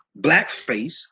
blackface